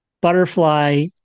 butterfly